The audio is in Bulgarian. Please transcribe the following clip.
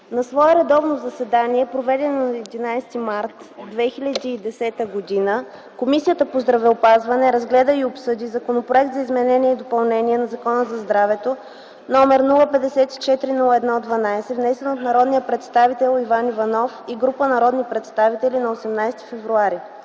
На свое редовно заседание, проведено на 11 март 2010 г., Комисията по здравеопазването разгледа и обсъди Законопроект за изменение и допълнение на Закона за здравето, № 054-01-12, внесен от народния представител Иван Иванов и група народни представители на 18 февруари